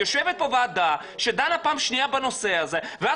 יושבת פה ועדה שדנה פעם שנייה בנושא הזה ואת